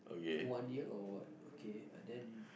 full one year or what okay uh then